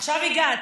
עכשיו הגעת,